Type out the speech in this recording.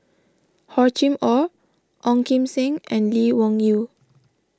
Hor Chim or Ong Kim Seng and Lee Wung Yew